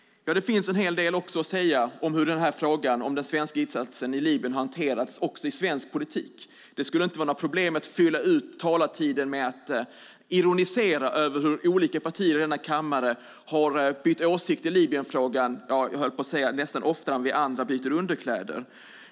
Det finns en hel del att säga om hur frågan om den svenska insatsen i Libyen har hanterats också i svensk politik. Det skulle inte vara några problem att fylla ut talartiden med att ironisera över hur olika partier i denna kammare har bytt åsikt i Libyenfrågan nästan oftare än vi andra byter underkläder - höll jag på att säga.